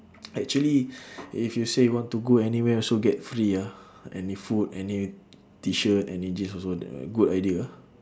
actually if you say you want to go anywhere also get free ah any food any T-shirt any jeans also the good idea ah